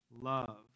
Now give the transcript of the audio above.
Love